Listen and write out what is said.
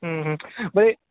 म्हणजे